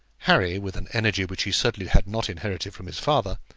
harry, with an energy which he certainly had not inherited from his father,